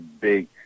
big